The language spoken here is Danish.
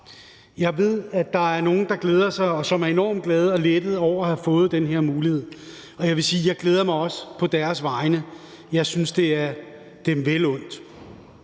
Jeg ved, at der er nogle, der glæder sig, og som er enormt glade for og lettede over at have fået den her mulighed. Og jeg vil sige, at jeg også glæder mig på deres vegne – jeg synes, det er dem vel undt.